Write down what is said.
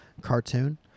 cartoon